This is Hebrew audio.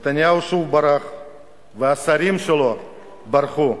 נתניהו שוב ברח והשרים שלו ברחו.